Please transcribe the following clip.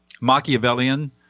Machiavellian